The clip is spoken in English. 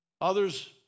Others